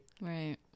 Right